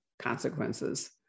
consequences